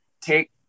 take